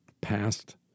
past